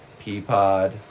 Peapod